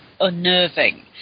unnerving